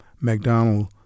mcdonald